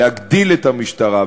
ולהגדיל את המשטרה,